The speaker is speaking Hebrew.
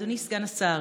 אדוני סגן השר,